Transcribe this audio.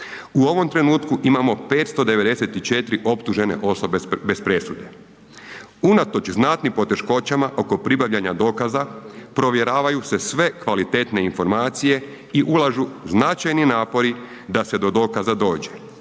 U ovom trenutku imamo 594 optužene osobe bez presude. Unatoč znatnim poteškoćama oko pribavljanja dokaza provjeravaju se sve kvalitetne informacije i ulažu značajni napori da se do dokaza dođe